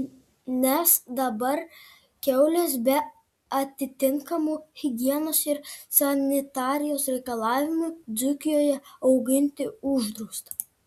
nes dabar kiaules be atitinkamų higienos ir sanitarijos reikalavimų dzūkijoje auginti uždrausta